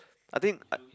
I think uh